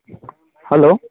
hello